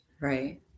right